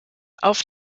auf